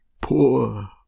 Poor